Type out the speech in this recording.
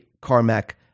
Carmack